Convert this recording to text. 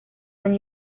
when